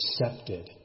accepted